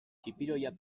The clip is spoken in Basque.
txipiroia